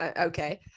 Okay